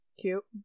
Cute